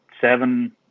seven